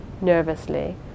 nervously